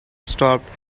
stopped